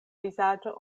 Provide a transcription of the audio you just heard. vizaĝo